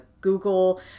Google